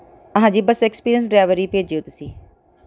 ਹਾਂਜੀ ਬਸ experience driver ਹੀ ਭੇਜਿਓ ਤੁਸੀਂ